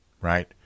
right